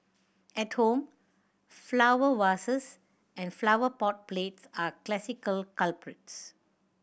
at home flower vases and flower pot plates are classic culprits